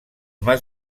más